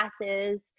classes